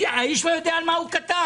האיש לא יודע על מה הוא כתב.